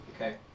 Okay